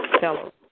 fellow